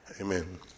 amen